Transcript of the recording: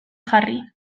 jarri